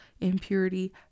impurity